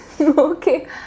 okay